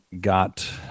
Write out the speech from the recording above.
got